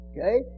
Okay